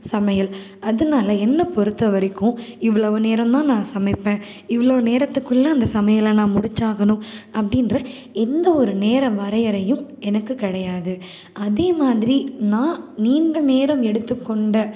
சமையல் அதனால என்னை பொறுத்தவரைக்கும் இவ்வளவு நேரம் தான் நான் சமைப்பேன் இவ்வளோ நேரத்துக்குள்ள அந்த சமையலை நான் முடித்தாகணும் அப்படின்ற எந்த ஒரு நேர வரையறையும் எனக்கு கிடையாது அதேமாதிரி நான் நீண்ட நேரம் எடுத்துக்கொண்ட